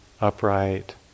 upright